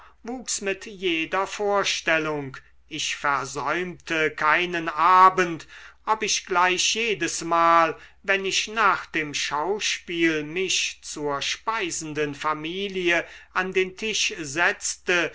wuchs mit jeder vorstellung ich versäumte keinen abend ob ich gleich jedesmal wenn ich nach dem schauspiel mich zur speisenden familie an den tisch setzte